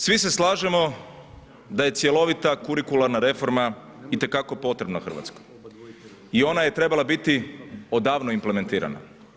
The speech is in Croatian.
Svi se slažemo da je cjelovita kurikularna reforma itekako potrebna Hrvatskoj i ona je trebala biti odavno implementirana.